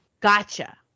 gotcha